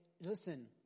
Listen